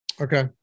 Okay